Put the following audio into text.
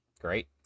great